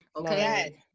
okay